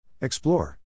Explore